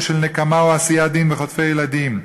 של נקמה או עשיית דין בחוטפי ילדים.